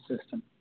system